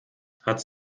hat